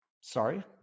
Sorry